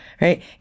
right